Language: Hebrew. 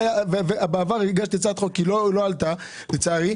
בעבר הגשתי הצעת חוק שלא עלתה לצערי.